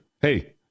Hey